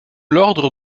l’ordre